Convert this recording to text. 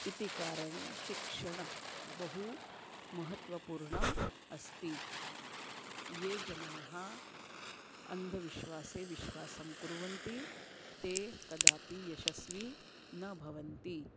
इति कारणे शिक्षणं बहु महत्त्वपूर्णम् अस्ति ये जनाः अन्धविश्वासे विश्वासं कुर्वन्ति ते कदापि यशस्वी न भवन्ति